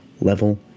level